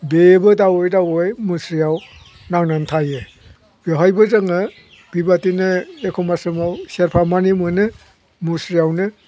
बेबो दावै दावै मुस्रियाव नांनानै थायो बेवहायबो जोङो बेबायदिनो एखमब्ला समाव सेरफा मानि मोनो मुस्रियावनो